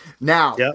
Now